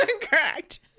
Correct